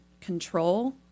control